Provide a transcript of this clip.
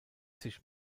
sich